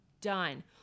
done